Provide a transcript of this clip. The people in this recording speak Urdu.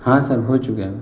ہاں سر ہو چکا ہے